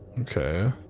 Okay